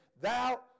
thou